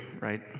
right